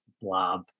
Blob